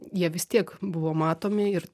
jie vis tiek buvo matomi ir